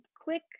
quick